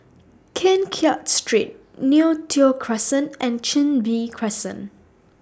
Keng Kiat Street Neo Tiew Crescent and Chin Bee Crescent